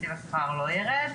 תקציב השכר לא יירד,